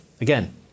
Again